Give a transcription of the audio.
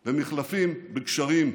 במחלפים, בגשרים.